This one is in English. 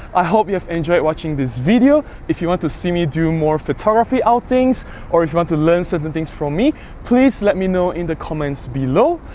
i hope you have enjoyed watching this video if you want to see me do more photography outings or if you want to learn certain things from me please let me know in the comments below.